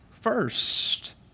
first